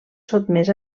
sotmès